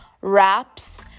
Wraps